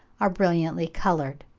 are brilliantly coloured.